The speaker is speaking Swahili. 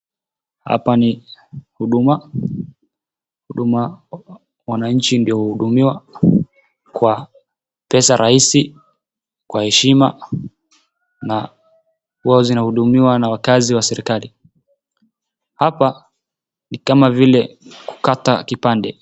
Hapa ni Huduma, huduma wananchi ndio huudumiwa kwa pesa rahisi, kwa heshima na huwa zinahudumiwa na wakazi wa serikali, hapa ni kama vile kukata.